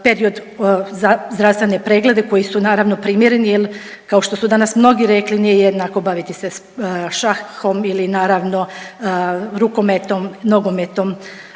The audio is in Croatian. period za zdravstvene preglede koji su naravno primjereni jel kao što su danas mnogi rekli nije jednako baviti se šahom ili naravno rukometom i nogometom.